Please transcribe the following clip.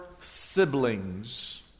siblings